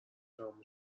تمام